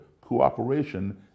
cooperation